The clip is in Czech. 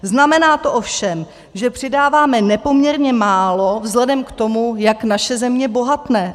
Znamená to ovšem, že přidáváme nepoměrně málo vzhledem k tomu, jak naše země bohatne.